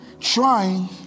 Trying